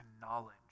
knowledge